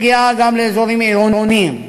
היא מגיעה גם לאזורים עירוניים.